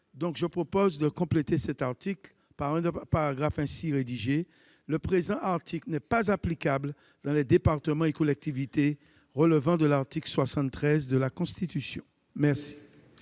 nous proposons de compléter cet article par un paragraphe précisant qu'il n'est pas applicable dans les départements et collectivités relevant de l'article 73 de la Constitution. Quel